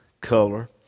color